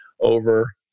over